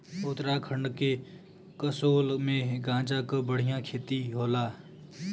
उत्तराखंड के कसोल में गांजा क बढ़िया खेती होला